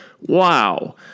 wow